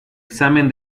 examen